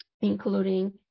including